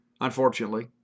unfortunately